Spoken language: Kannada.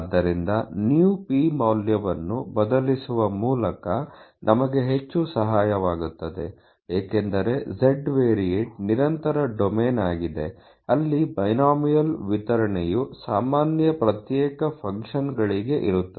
ಆದ್ದರಿಂದ µp ಮೌಲ್ಯವನ್ನು ಬದಲಿಸುವ ಮೂಲಕ ನಮಗೆ ಹೆಚ್ಚು ಸಹಾಯವಾಗುತ್ತದೆ ಏಕೆಂದರೆ z ವೇರಿಯೇಟ್ ನಿರಂತರ ಡೊಮೇನ್ ಆಗಿದೆ ಅಲ್ಲಿ ಬೈನೋಮಿಯಲ್ ವಿತರಣೆಯು ಸಾಮಾನ್ಯವಾಗಿ ಪ್ರತ್ಯೇಕ ಫಂಕ್ಷನ್ ಗಳಿಗೆ ಇರುತ್ತದೆ